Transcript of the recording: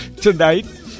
tonight